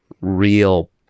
real